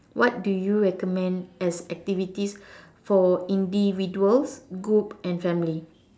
what do you recommend as activities for individuals group and family